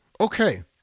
Okay